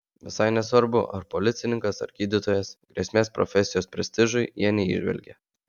visai nesvarbu ar policininkas ar gydytojas grėsmės profesijos prestižui jie neįžvelgia